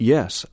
Yes